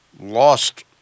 Lost